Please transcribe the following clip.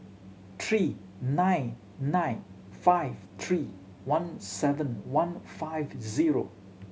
three nine nine five three one seven one five zero